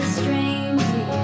strangely